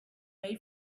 may